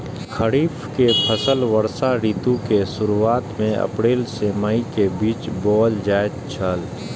खरीफ के फसल वर्षा ऋतु के शुरुआत में अप्रैल से मई के बीच बौअल जायत छला